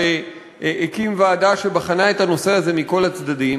שהקים ועדה שבחנה את הנושא הזה מכל הצדדים,